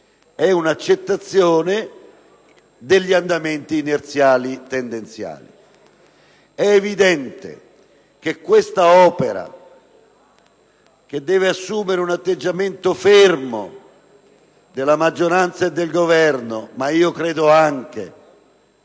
è un'accettazione degli andamenti tendenziali inerziali. È evidente che quest'opera, che deve far assumere un atteggiamento fermo alla maggioranza e al Governo - ma io credo anche